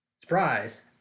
Surprise